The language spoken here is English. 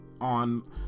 on